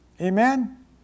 Amen